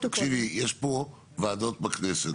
תקשיבי, יש פה ועדות בכנסת.